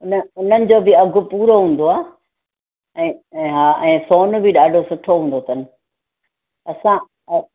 इन इन्हनि जो बि अघि पूरो हूंदो आहे ऐं ऐं हा ऐं सोन बि ॾाढो सुठो हूंदो अथनि असां अ